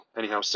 anyhow